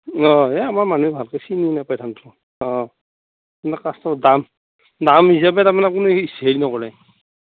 অঁ এই আমাৰ মানুহে ভালকৈ চিনি নাপায় ধানটো অঁ দাম দাম হিচাপে তাৰমানে আপুনি হেৰি নকৰে